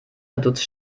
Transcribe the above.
verdutzt